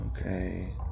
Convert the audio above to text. Okay